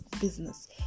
business